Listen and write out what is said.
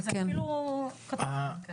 כן וזה אפילו כתוב --- תראי.